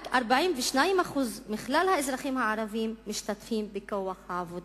רק 42% מכלל האזרחים הערבים משתתפים בכוח העבודה,